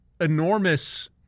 enormous